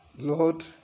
Lord